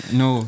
no